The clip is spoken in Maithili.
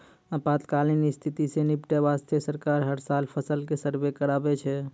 आपातकालीन स्थिति सॅ निपटै वास्तॅ सरकार हर साल फसल के सर्वें कराबै छै